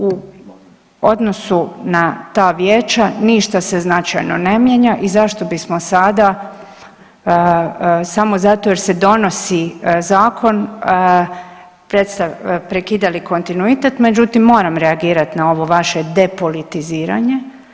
U odnosu na ta vijeća ništa se značajno ne mijenja i zašto bismo sada samo zato jer se donosi zakon prekidali kontinuitet, međutim moram reagirat na ovo vaše depolitiziranje.